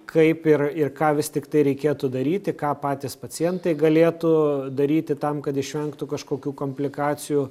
kaip ir ir ką vis tiktai reikėtų daryti ką patys pacientai galėtų daryti tam kad išvengtų kažkokių komplikacijų